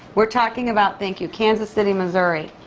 we're talking about thank you kansas city, missouri.